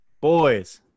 boys